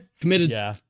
committed